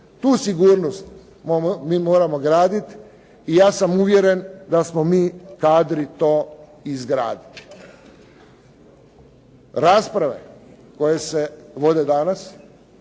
Tu sigurnost mi moramo graditi i ja sam uvjeren da smo mi kadri to izgraditi. Rasprave koje se vode danas,